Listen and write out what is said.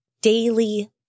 daily